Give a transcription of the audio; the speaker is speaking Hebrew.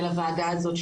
על הוועדה הזאת,